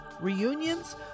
reunions